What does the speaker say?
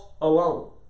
alone